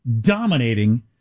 dominating